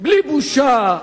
בלי בושה,